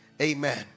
Amen